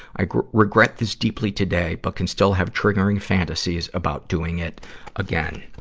i regret this deeply today, but can still have triggering fantasies about doing it again.